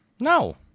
No